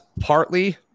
partly